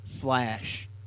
Flash